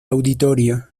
auditorio